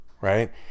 Right